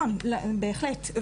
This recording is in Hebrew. בהחלט,